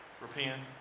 repent